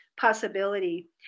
possibility